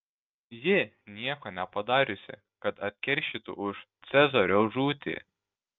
ji nieko nepadariusi kad atkeršytų už cezario žūtį